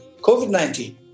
COVID-19